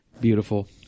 Beautiful